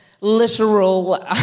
literal